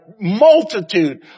multitude